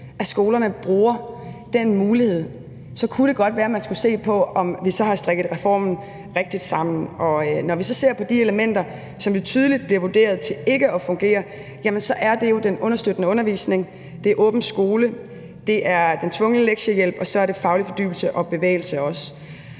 af skolerne bruger den mulighed, kunne det godt være, at man skulle se på, om vi så har strikket reformen rigtigt sammen. Når vi så ser på de elementer, som jo tydeligt bliver vurderet til ikke at fungere, så er det jo den understøttende undervisning, det er åben skole, det er den tvungne lektiehjælp, og så er det faglig fordybelse og bevægelse.